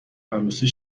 عروسی